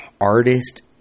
artist